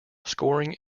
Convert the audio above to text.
scoring